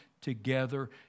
together